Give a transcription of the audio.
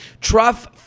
Truff –